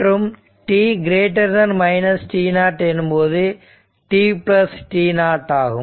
மற்றும் t t0 எனும்போது t t0 ஆகும்